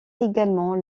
également